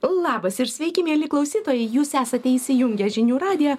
labas ir sveiki mieli klausytojai jūs esate įsijungę žinių radiją